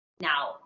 now